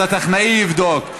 אז הטכנאי יבדוק.